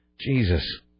Jesus